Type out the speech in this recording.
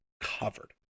covered